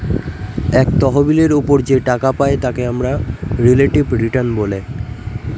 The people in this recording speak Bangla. এক তহবিলের ওপর যে টাকা পাই তাকে আমরা রিলেটিভ রিটার্ন বলে